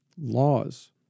laws